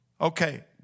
Okay